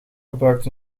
gebruikt